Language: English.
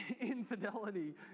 infidelity